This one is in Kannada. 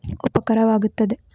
ಉಪಕಾರವಾಗುತ್ತದೆ